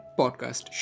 podcast